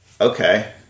Okay